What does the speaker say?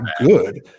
good